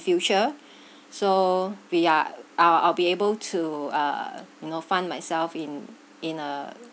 future so we are I'll I'll be able to uh you know fund myself in in uh